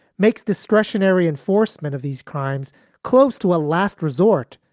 makes discretionary enforcement of these crimes close to a last resort,